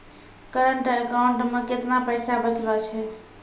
Current account मे केतना पैसा बचलो छै?